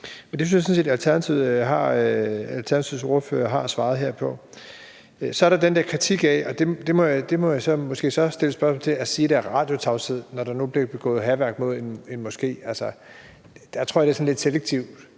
jeg sådan set Alternativets ordfører har svaret på her. Så er der den der kritik – og det må jeg måske så stille spørgsmål til – hvor man siger, at der er radiotavshed, når der nu bliver begået hærværk mod en moské. Der tror jeg måske, det er sådan lidt selektivt,